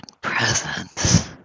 presence